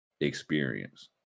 experience